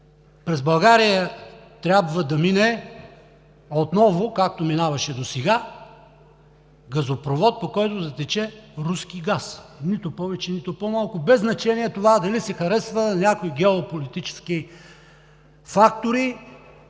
През България трябва да мине отново, както минаваше досега, газопровод, по който да тече руски газ, нито повече, нито по малко, без значение дали това се харесва на някои геополитически фактори,